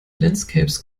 landscapes